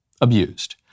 abused